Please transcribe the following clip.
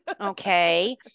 Okay